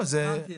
הבנתי,